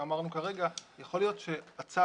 שאמרנו כרגע, יכול להיות שהצו